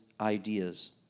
ideas